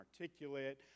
articulate